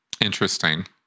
Interesting